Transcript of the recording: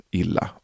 illa